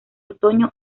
otoño